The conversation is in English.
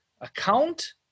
account